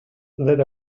that